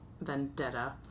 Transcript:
vendetta